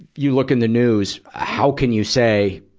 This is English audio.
you look in the news, how can you say